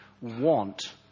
want